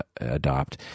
adopt